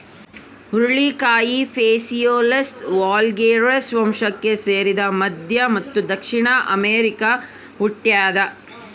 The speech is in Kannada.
ಹುರುಳಿಕಾಯಿ ಫೇಸಿಯೊಲಸ್ ವಲ್ಗ್ಯಾರಿಸ್ ವಂಶಕ್ಕೆ ಸೇರಿದ ಮಧ್ಯ ಮತ್ತು ದಕ್ಷಿಣ ಅಮೆರಿಕಾದಾಗ ಹುಟ್ಯಾದ